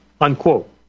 unquote